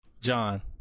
John